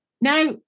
Now